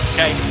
Okay